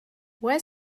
where